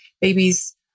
babies